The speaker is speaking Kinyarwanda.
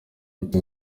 gito